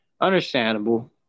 understandable